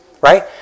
Right